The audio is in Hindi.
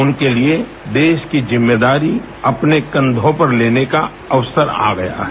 उनके लिए देश की ज़िम्मेदारी अपने कन्धों पर लेने का अवसर आ गया है